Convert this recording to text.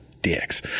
dicks